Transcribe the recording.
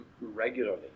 regularly